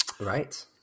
Right